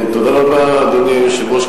אדוני היושב-ראש,